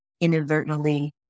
inadvertently